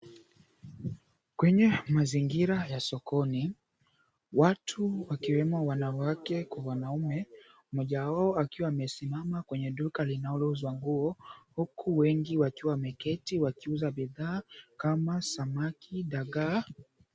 Kwenye mazingira ya sokoni, watu wakiwemo wanawake kwa wanaume, mmoja wao akiwa amesimama kwenye duka linalouzwa nguo, huku wengi wakiwa wameketi wakiuza bidhaa kama samaki, dagaa.